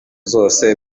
zose